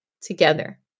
Together